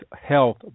health